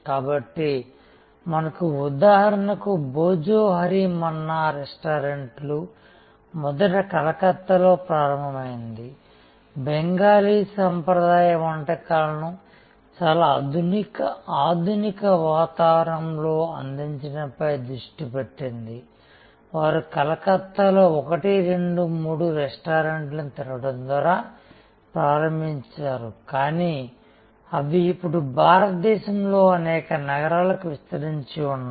కాబట్టి మనకు ఉదాహరణకు భోజోహోరి మన్నా రెస్టారెంట్ లు మొదట కలకత్తాలో ప్రారంభమైంది బెంగాలీ సాంప్రదాయ వంటకాలను చాలా ఆధునిక వాతావరణంలో అందించడంపై దృష్టి పెట్టింది వారు కలకత్తాలో ఒకటి రెండు మూడు రెస్టారెంట్లను తెరవడం ద్వారా ప్రారంభించారు కానీ అవి ఇప్పుడు భారతదేశంలోని అనేక నగరాలకు విస్తరించి ఉన్నాయి